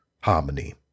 harmony